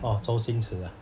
oh 周星驰啊